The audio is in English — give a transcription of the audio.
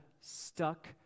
stuck